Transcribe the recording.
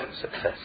success